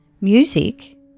music